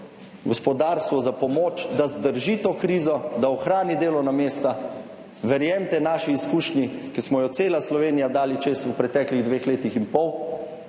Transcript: gospodarstvu za pomoč, da zdrži to krizo, da ohrani delovna mesta. Verjemite naši izkušnji, ki smo jo cela Slovenija dali čez v preteklih dveh letih in pol,